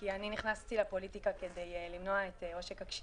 כי אני נכנסתי לפוליטיקה כדי למנוע את עושק הקשישים.